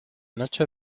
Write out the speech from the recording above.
noche